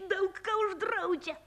daug ką uždraudžia